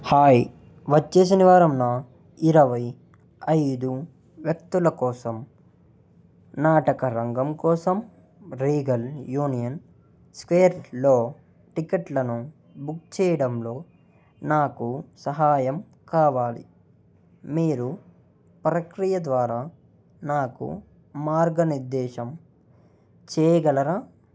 hi వచ్చే శనివారంన ఇరవై ఐదు వ్యక్తుల కోసం నాటకరంగం కోసం రీగల్ యూనియన్ స్క్వేర్లో టిక్కెట్లను బుక్ చెయ్యడంలో నాకు సహాయం కావాలి మీరు ప్రక్రియ ద్వారా నాకు మార్గనిర్దేశం చెయ్యగలరా